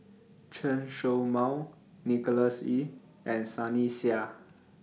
Chen Show Mao Nicholas Ee and Sunny Sia